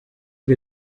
wir